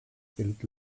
bild